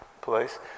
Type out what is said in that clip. place